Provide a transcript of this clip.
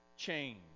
change